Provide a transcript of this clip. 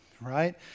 right